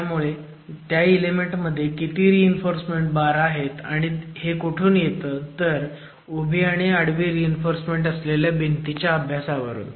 त्यामुळे त्या इलेमेंट मध्ये किती रीइन्फोर्समेंट बार आहेत आणि हे कुठून येतं तर उभी आणि आडवी रीइन्फोर्समेंट असलेल्या भिंतीच्या अभ्यासावरून